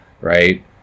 right